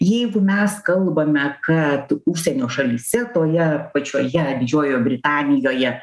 jeigu mes kalbame kad užsienio šalyse toje pačioje didžiojoj britanijoje